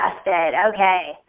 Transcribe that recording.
okay